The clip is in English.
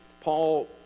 Paul